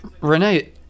Renee